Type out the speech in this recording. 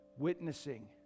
witnessing